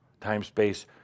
Time-space